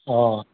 অঁ